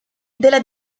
della